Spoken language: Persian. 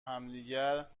همدیگر